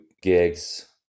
gigs